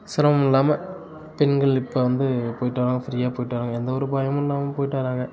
சிரமம் இல்லாமல் பெண்கள் இப்போது வந்து போயிட்டு வராங்க ஃப்ரீயாக போயிட்டு வராங்க எந்த ஒரு பயமும் இல்லாமல் போயிட்டு வராங்க